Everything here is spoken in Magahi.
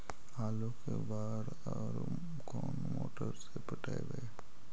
आलू के बार और कोन मोटर से पटइबै?